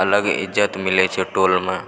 अलग इज्जत मिलै छै टोलमे